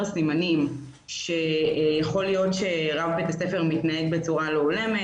סימנים שיכול להיות שרב בית הספר מתנהג בצורה לא הולמת,